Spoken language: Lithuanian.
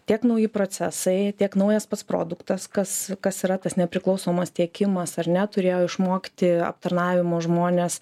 tiek nauji procesai tiek naujas pats produktas kas kas yra tas nepriklausomas tiekimas ar ne turėjo išmokti aptarnavimo žmonės